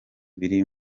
biri